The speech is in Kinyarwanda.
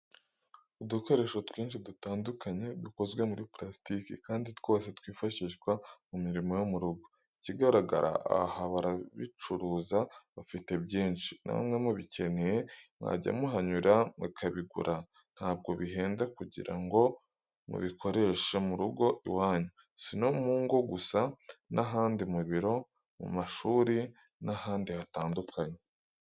Udukoresho twinshi dutandukanye dukozwe muri purasitike kandi twose twifashishwa mu mirimo yo mu rugo, ikigaragara aha barabicuruza bafite byinshi, namwe mubikeneye mwajya muhanyura mukabigura ntabwo bihenda kugira ngo mubikoreshe mu rugo iwanyu, si no mu ngo gusa n'ahandi mu biro, mu mashuri n'ahandi hatandukanye.